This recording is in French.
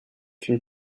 une